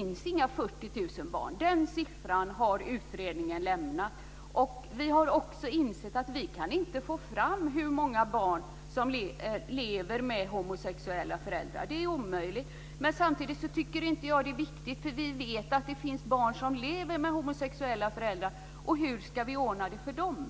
inte om 40 000 barn. Den siffran har utredningen bortsett ifrån. Vi har insett att det inte går att få fram hur många barn det är som lever med homosexuella föräldrar, det är omöjligt. Samtidigt tycker jag inte att det är så viktigt. Vi vet att det finns barn som lever med homosexuella föräldrar, och hur ska vi ordna det för dem?